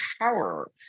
power